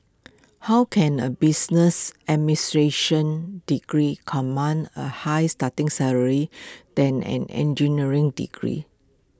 how can A business administration degree command A higher starting salary than an engineering degree